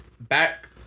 Back